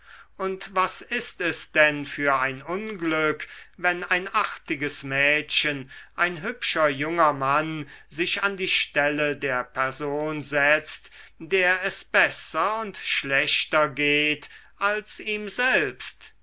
und was ist es denn für ein unglück wenn ein artiges mädchen ein hübscher junger mann sich an die stelle der person setzt der es besser und schlechter geht als ihm selbst